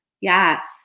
yes